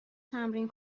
تمرین